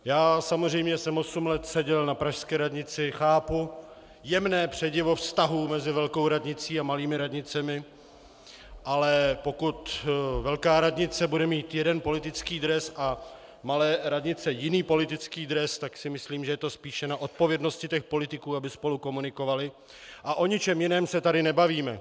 Já samozřejmě jsem osm let seděl na pražské radnici, chápu jemné předivo vztahů mezi velkou radnicí a malými radnicemi, ale pokud velká radnice bude mít jeden politický dres a malé radnice jiný politický dres, tak si myslím, že je to spíše na odpovědnosti těch politiků, aby spolu komunikovali, a o ničem jiném se tady nebavíme.